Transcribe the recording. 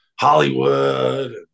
Hollywood